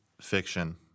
fiction